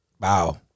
Wow